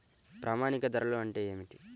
ప్రామాణిక ధరలు అంటే ఏమిటీ?